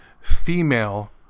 female